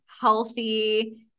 healthy